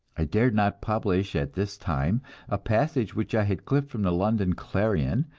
i dared not publish at this time a passage which i had clipped from the london clarion,